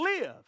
live